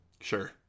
Sure